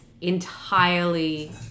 entirely